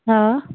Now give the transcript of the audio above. हा